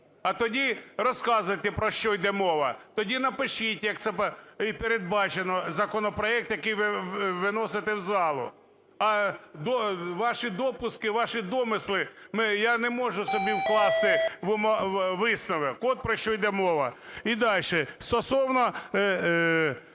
а тоді розказуйте про що йде мова. Тоді напишіть, як це передбачено, законопроект, який ви виносите в залу, а ваші допуски, ваші домисли, я не можу собі вкласти у висновок. От про що йде мова. І далі. Стосовно